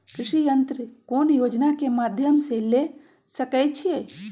कृषि यंत्र कौन योजना के माध्यम से ले सकैछिए?